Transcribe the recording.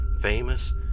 famous